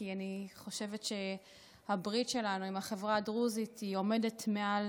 כי אני חושבת שהברית שלנו עם החברה הדרוזית עומדת מעל